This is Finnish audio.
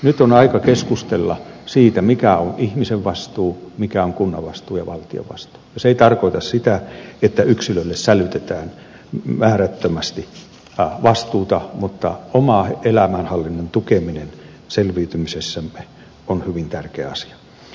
nyt on aika keskustella siitä mikä on ihmisen vastuu mikä on kunnan vastuu ja valtiopast is ei tarkoita sitä että yksilölle sälytetään määrättömästi ahon lastulta mutta omaa elämänhallinnan tukeminen selviytymisessämme on hyvin tärkeä asia